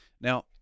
Now